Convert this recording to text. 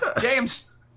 James